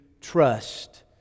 trust